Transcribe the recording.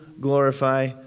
glorify